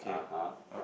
(uh huh)